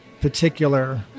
particular